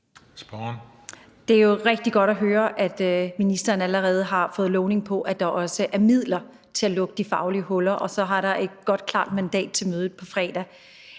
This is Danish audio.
Det er jo rigtig godt at høre, at ministeren allerede har fået lovning på, at der også er midler til at lukke de faglige huller, og så er der et godt, klart mandat til mødet på fredag.